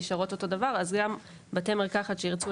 נשארות אותו הדבר גם בתי מרקחת שירצו